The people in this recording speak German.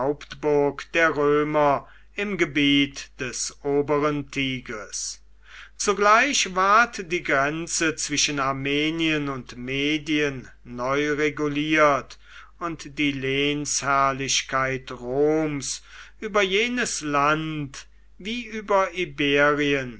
der römer im gebiet des oberen tigris zugleich ward die grenze zwischen armenien und medien neu reguliert und die lehnsherrlichkeit roms über jenes land wie über